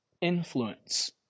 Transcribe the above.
Influence